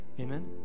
Amen